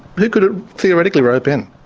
who could it theoretically rope in?